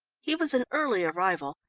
he was an early arrival,